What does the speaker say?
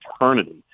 eternity